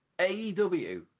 AEW